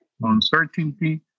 uncertainty